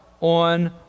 on